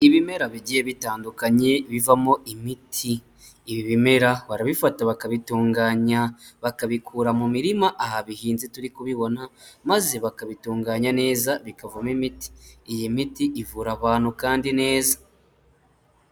Ibimera bigiye bitandukanye bivamo imiti, ibi bimera barabifata bakabitunganya bakabikura mu mirima aha bihinze turi kubibona maze bakabitunganya neza bikavamo imiti, iyi miti ivura abantu kandi neza.